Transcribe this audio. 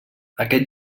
aquest